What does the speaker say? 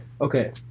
Okay